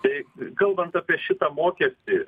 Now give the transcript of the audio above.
tai kalbant apie šitą mokestį